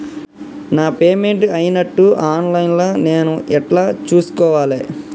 నా పేమెంట్ అయినట్టు online లా నేను ఎట్ల చూస్కోవాలే?